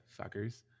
fuckers